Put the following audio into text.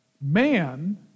Man